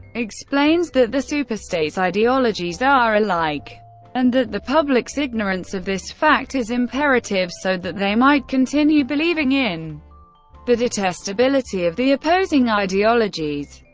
explains that the superstates' ideologies are alike and that the public's ignorance of this fact is imperative so that they might continue believing in the detestability of the opposing ideologies.